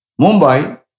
Mumbai